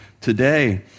today